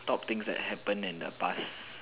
top things that happen in the past